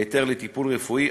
להיתר לטיפול רפואי,